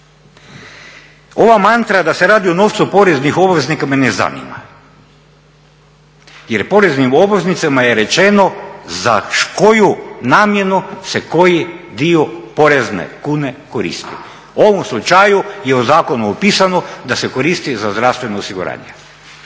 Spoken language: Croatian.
Ova mantra da se radi o novcu poreznih obveznika me ne zanima jer poreznim obveznicima je rečeno za koju namjenu se koji dio porezne kune koristi. U ovom slučaju je u zakonu opisano da se koristi za zdravstveno osiguranje